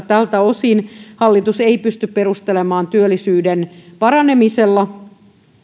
tältä osin hallitus ei pysty perustelemaan työllisyyden paranemisella